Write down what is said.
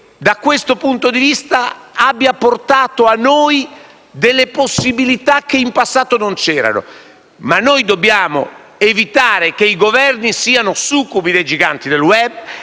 da questo punto di vista, abbia portato a noi delle possibilità che in passato non c'erano. Ma noi dobbiamo evitare che i governi siano succubi dei giganti del *web*